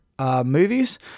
movies